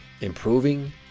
improving